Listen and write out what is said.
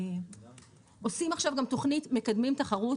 אנחנו עושים עכשיו גם תוכנית "מקדמים תחרות",